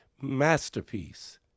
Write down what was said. masterpiece